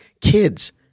kids